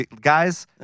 guys